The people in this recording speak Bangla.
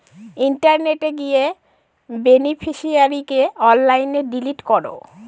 ইন্টারনেটে গিয়ে বেনিফিশিয়ারিকে অনলাইনে ডিলিট করো